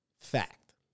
Fact